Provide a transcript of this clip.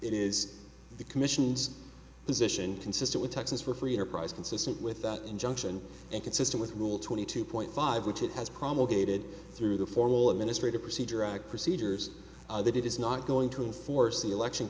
it is the commission's position consistent with texas for free enterprise consistent with that injunction and consistent with will twenty two point five which it has promulgated through the formal administrative procedure act procedures that it is not going to enforce the election